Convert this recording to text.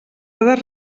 dades